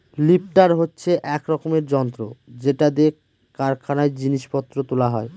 lifter হচ্ছে এক রকমের যন্ত্র যেটা দিয়ে কারখানায় জিনিস পত্র তোলা হয়